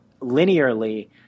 linearly